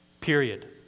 Period